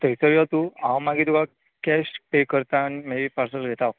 so थंयसर यो तूं हांव मागीर तुका कॅश पे करता आनी म्हाजे पार्सल घेता हांव